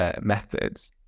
methods